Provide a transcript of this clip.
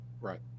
Right